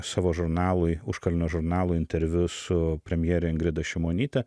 savo žurnalui užkalnio žurnalui interviu su premjere ingrida šimonyte